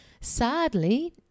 Sadly